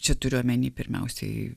čia turiu omeny pirmiausiai